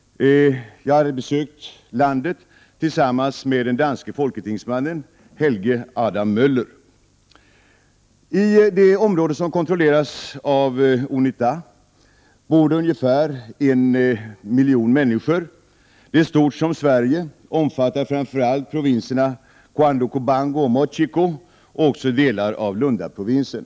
Jag hade besökt landet tillsammans med den danske folketingsmannen Helge Adam Möller. I det område som kontrolleras av Unita bor ungefär 1 miljon människor. Området är lika stort som Sverige och omfattar framför allt provinserna Cuando Cubango, Moxico men även delar av Luandaprovinsen.